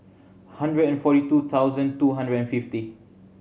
hundred and forty two thousand two hundred and fifty